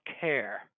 care